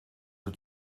het